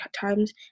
times